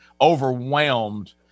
overwhelmed